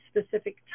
specific